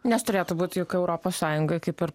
nes turėtų būt juk europos sąjungoj kaip ir